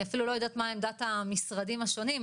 אני אפילו לא יודעת מה עמדת המשרדים השונים,